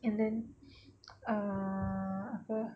and then err apa